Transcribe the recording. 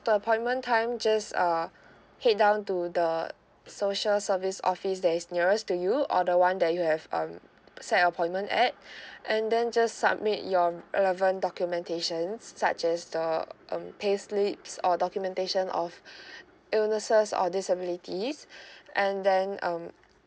the appointment time just uh head down to the social service office that is nearest to you or the [one] that you have um set appointment at and then just submit your relevant documentations such as the um payslips or documentation of illnesses or disabilities and then um